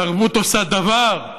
תרבות עושה-דבר,